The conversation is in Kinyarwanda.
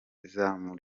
y’izamu